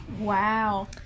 Wow